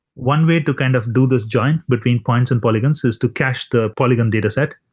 one way to kind of do this joint between points and polygons is to cache the polygon data set,